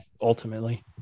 ultimately